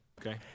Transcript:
Okay